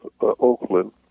Oakland